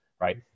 right